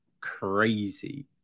crazy